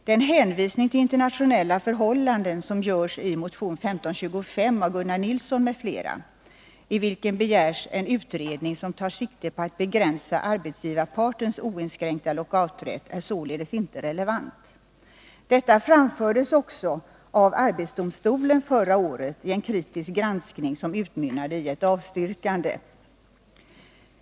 Den hänvisning till internationella förhållanden som görs i motion 1525 av Gunnar Nilsson m.fl., i vilken begärs en utredning som tar sikte på att begränsa arbetsgivarpartens oinskränkta lockouträtt, är således inte relevant. Detta framfördes också av arbetsdomstolen förra året i en kritisk granskning som utmynnade i ett avstyrkande.